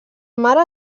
mare